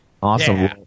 Awesome